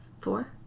Four